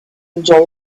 enjoy